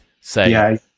say